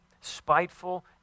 spiteful